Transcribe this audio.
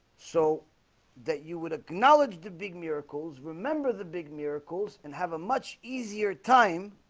so that you would acknowledge the big miracles remember the big miracles and have a much easier time